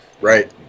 right